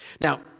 Now